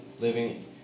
living